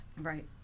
right